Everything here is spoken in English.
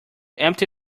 empty